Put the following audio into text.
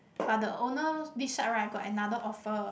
but the owner this side right got another offer